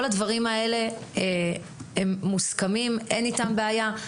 כל הדברים האלה מוסכמים ואין איתם בעיה?